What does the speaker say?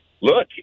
Look